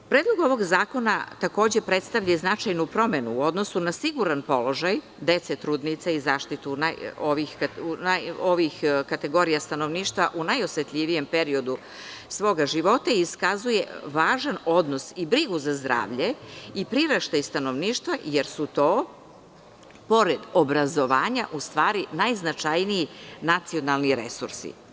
Predlog ovog zakona takođe predstavlja i značajnu promenu u odnosu na siguran položaj dece, trudnica i zaštitu ovih kategorija stanovništva u najosetljivijem periodu svoga života i iskazuje važan odnos i brigu za zdravlje i priraštaj stanovništva jer su to, pored obrazovanja, u stvari najznačajniji nacionalni resursi.